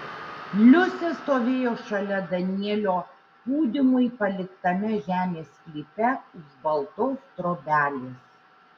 liusė stovėjo šalia danielio pūdymui paliktame žemės sklype už baltos trobelės